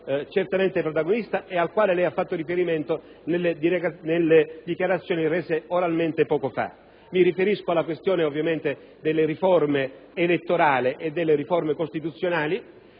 Parlamento protagonista ed al quale lei ha fatto riferimento nelle dichiarazioni rese oralmente poco fa. Mi riferisco alla riforma elettorale e alle riforme costituzionali.